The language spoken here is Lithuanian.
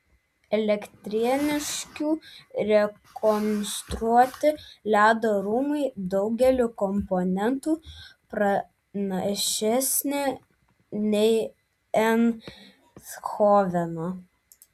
elektrėniškių rekonstruoti ledo rūmai daugeliu komponentų pranašesni nei eindhoveno